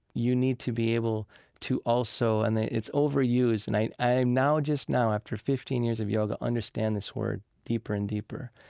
you need to be able to also and it's overused. and i i am now, just now, after fifteen years of yoga, understand this word deeper and deeper,